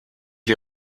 les